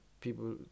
people